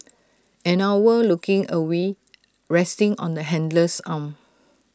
an owl looking awed resting on the handler's arm